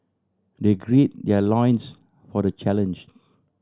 they gird their loins for the challenge